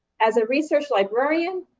as a research librarian,